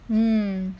mm